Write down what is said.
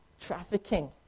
trafficking